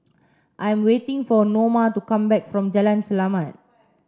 I am waiting for Noma to come back from Jalan Selamat